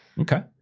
Okay